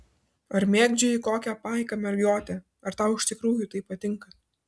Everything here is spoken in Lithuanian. ar mėgdžioji kokią paiką mergiotę ar tau iš tikrųjų tai patinka